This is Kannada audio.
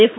ಎಫ್